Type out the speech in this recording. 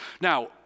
Now